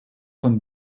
von